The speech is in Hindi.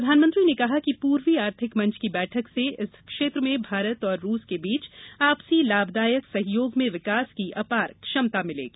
प्रधानमंत्री ने कहा कि पूर्वी आर्थिक मंच की बैठक से इस क्षेत्र में भारत तथा रूस के बीच आपसी लाभदायक सहयोग में विकास की अपार क्षमता मिलेगी